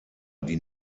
die